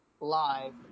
live